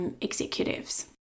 executives